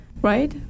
right